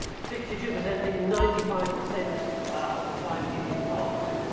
sixty two percent think ninety five percent of the time it is parked.